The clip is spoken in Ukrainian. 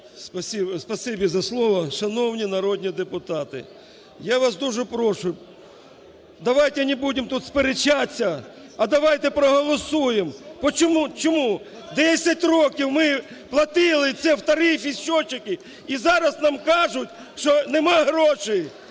за слово. Шановні народні депутати, я вас дуже прошу, давайте не будемо тут сперечатись, а давайте проголосуємо. Чому 10 років ми платили це в тарифі лічильники, і зараз нам кажуть, що нема грошей.